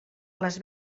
les